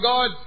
God